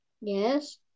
yes